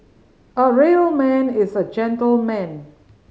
a real man is a gentleman